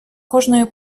кожною